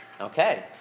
Okay